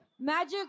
Magic